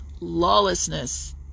lawlessness